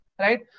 right